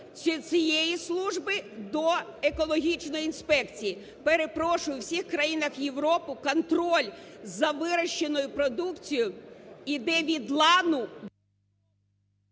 цієї служби до екологічної інспекції. Перепрошую, в усіх країнах Європи контроль за вирощеною продукцією іде від лану…